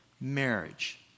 marriage